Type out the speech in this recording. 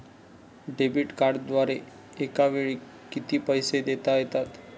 Debit कार्डद्वारे एकावेळी किती पैसे देता येतात?